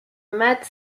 matt